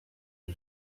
mój